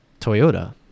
Toyota